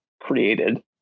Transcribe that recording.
created